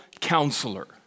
Counselor